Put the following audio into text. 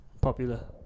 popular